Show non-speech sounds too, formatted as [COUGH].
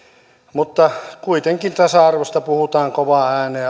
mutta kuitenkin tasa arvosta ja vapaudesta puhutaan kovaan ääneen [UNINTELLIGIBLE]